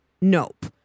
Nope